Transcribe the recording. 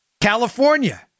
California